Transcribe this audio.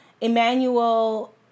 Emmanuel